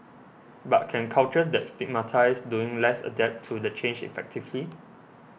but can cultures that stigmatise doing less adapt to the change effectively